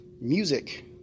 music